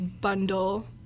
bundle